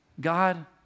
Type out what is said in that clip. God